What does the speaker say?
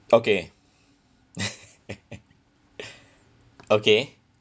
okay okay